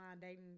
dating